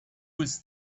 was